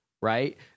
right